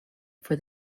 for